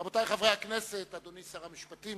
רבותי חברי הכנסת, אדוני שר המשפטים,